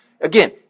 again